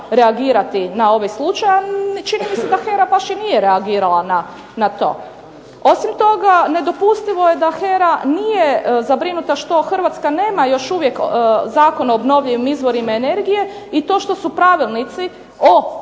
reagirati na ovaj slučaj a čini mi se da HERA baš nije reagirala na to. Osim toga, nedopustivo je da HERA nije zabrinuta što Hrvatska nema još uvijek Zakon o obnovljivim izvorima energije i to što su pravilnici o plasiranju